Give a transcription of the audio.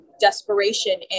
desperation